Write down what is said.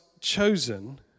chosen